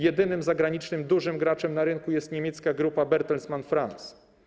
Jedynym zagranicznym dużym graczem na rynku jest niemiecka grupa Bertelsmann France.